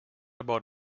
about